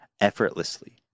effortlessly